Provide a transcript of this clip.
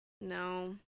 No